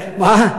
כבר?